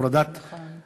הורדת -- נכון.